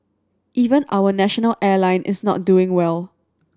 even our national airline is not doing well